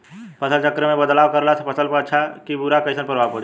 फसल चक्र मे बदलाव करला से फसल पर अच्छा की बुरा कैसन प्रभाव पड़ी?